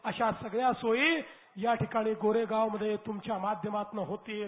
अश्या सगळ्या सोयी या ठिकाणी गोरेगाव मध्ये तुमच्या माध्यमातंन होतील